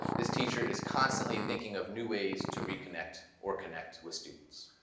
this teacher is constantly thinking of new ways to reconnect or connect with students.